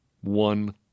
one